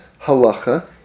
halacha